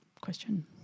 question